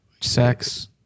Sex